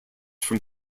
from